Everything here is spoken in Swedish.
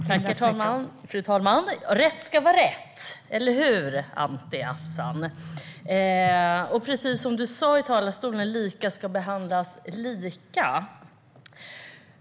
Fru talman! Rätt ska vara rätt! Eller hur, Anti Avsan? Precis som du sa i talarstolen ska lika behandlas lika.